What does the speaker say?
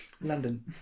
London